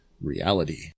reality